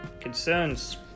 concerns